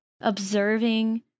observing